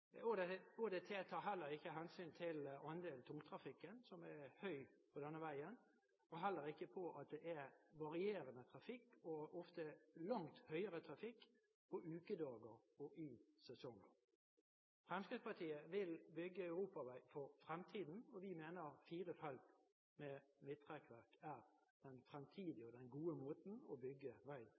i prognosene. ÅDT-målingene tar heller ikke hensyn til andelen tungtrafikk, som er høy på denne veien, og heller ikke til at det er varierende trafikk og ofte langt større trafikk på ukedager og i sesonger. Fremskrittspartiet vil bygge en europavei for fremtiden, og vi mener fire felt med midtrekkverk er den gode måten å bygge vei